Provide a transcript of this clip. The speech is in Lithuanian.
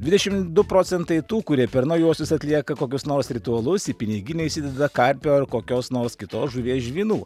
dvidešim du procentai tų kurie per naujuosius atlieka kokius nors ritualus į piniginę įsideda karpio ar kokios nors kitos žuvies žvynų